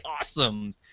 awesome